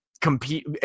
compete